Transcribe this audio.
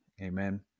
Amen